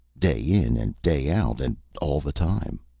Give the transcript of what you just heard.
day in and day out, and all the time.